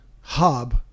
hub